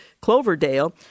Cloverdale